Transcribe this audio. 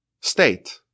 state